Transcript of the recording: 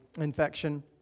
infection